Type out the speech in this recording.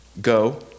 Go